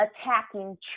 attacking